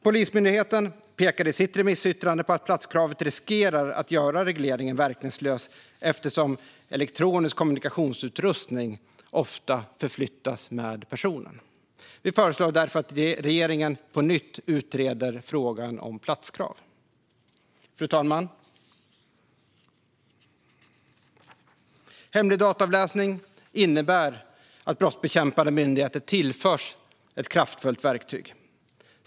Polismyndigheten pekade i sitt remissyttrande på att platskravet riskerar att göra regleringen verkningslös eftersom elektronisk kommunikationsutrustning ofta förflyttas med personen. Vi föreslår därför att regeringen på nytt utreder frågan om platskrav. Fru talman! Hemlig dataavläsning innebär att brottsbekämpande myndigheter tillförs ett kraftfullt verktyg.